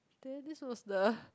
there this was the